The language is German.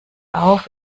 auf